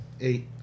Eight